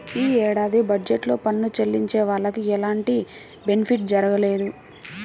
యీ ఏడాది బడ్జెట్ లో పన్ను చెల్లించే వాళ్లకి ఎలాంటి బెనిఫిట్ జరగలేదు